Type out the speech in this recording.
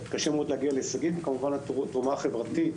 אחרת קשה מאוד להגיע להישגים וכמובן התרומה החברתית